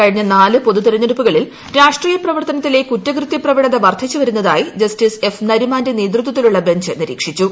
കഴിഞ്ഞ നാല് പൊതു തെരഞ്ഞെടുപ്പുകളിൽ രാഷ്ട്രീയ പ്രവർത്തനത്തിലെ കുറ്റകൃത്യ പ്രവണത വർദ്ധിച്ചുവരുന്നതായി ജസ്റ്റ്രീസ് എഫ് നരിമാന്റെ നേതൃത്വത്തിലുള്ള ബഞ്ച് നിരീക്ഷിച്ചു